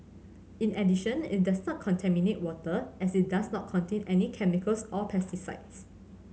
in addition it does not contaminate water as it does not contain any chemicals or pesticides